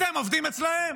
אתם עובדים אצלם.